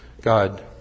God